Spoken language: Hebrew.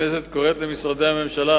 הכנסת קוראת למשרדי הממשלה,